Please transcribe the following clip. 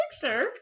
picture